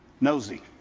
nosy